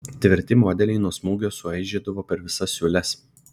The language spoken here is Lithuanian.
tvirti modeliai nuo smūgio suaižėdavo per visas siūles